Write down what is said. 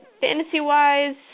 fantasy-wise